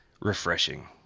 refreshing